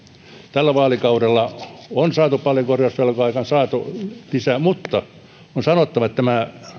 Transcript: tällä vaalikaudella on saatu paljon korjausvelkaan lisää mutta on sanottava että tämä